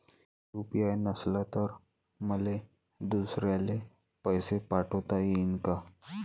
UPI नसल तर मले दुसऱ्याले पैसे पाठोता येईन का?